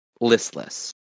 listless